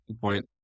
Point